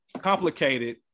complicated